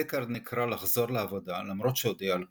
דקארד נקרא לחזור לעבודה למרות שהודיע על פרישה,